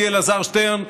ידידי אלעזר שטרן,